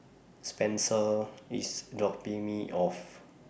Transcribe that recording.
Spencer IS dropping Me off